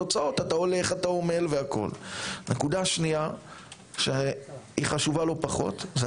מדובר על אנשים מלח הארץ, והלב פשוט נשבר.